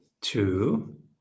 two